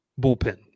bullpen